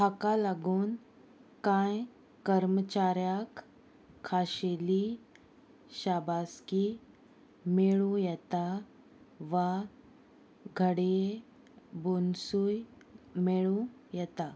हाका लागून कांय कर्मचाऱ्यांक खाशेली शाबासकी मेळूं येता वा घडये बोन्सूय मेळूं येता